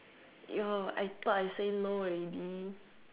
yo I thought I say no already